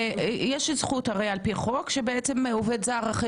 יש לי זכות הרי על-פי חוק שבעצם עובד זר אחרי